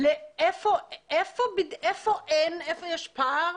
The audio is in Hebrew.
איפה יש פער?